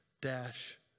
dash